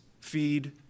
feed